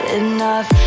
enough